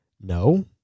no